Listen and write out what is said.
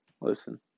Listen